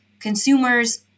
consumers